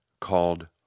called